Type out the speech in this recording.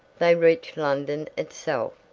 they reached london itself,